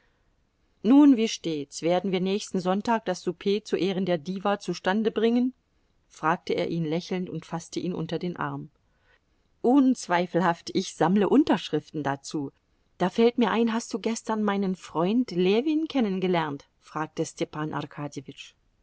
nun wie steht's werden wir nächsten sonntag das souper zu ehren der diva zustande bringen fragte er ihn lächelnd und faßte ihn unter den arm unzweifelhaft ich sammle unterschriften dazu da fällt mir ein hast du gestern meinen freund ljewin kennengelernt fragte stepan